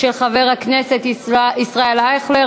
של חבר הכנסת ישראל אייכלר.